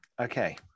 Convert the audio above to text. Okay